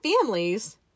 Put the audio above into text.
families